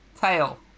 Tail